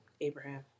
Abraham